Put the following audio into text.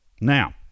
now